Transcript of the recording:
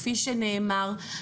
כפי שנאמר.